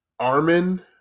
Armin